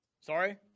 sorry